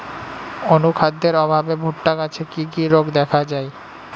অনুখাদ্যের অভাবে ভুট্টা গাছে কি কি রোগ দেখা যায়?